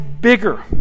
bigger